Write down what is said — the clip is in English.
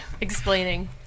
explaining